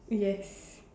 yes